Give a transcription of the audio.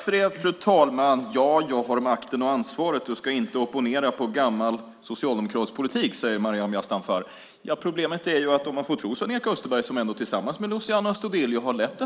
Fru talman! Jag har makten och ansvaret och ska inte opponera på gammal socialdemokratisk politik, säger Maryam Yazdanfar. Problemet är att om man får tro Sven-Erik Österberg som tillsammans med Luciano Astudillo har lett